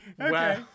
Okay